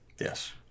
yes